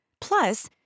Plus